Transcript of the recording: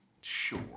Sure